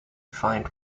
find